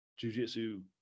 jujitsu